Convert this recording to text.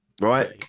Right